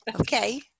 Okay